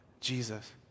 Jesus